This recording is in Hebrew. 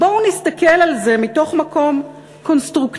בואו נסתכל על זה מתוך מקום קונסטרוקטיבי,